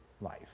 life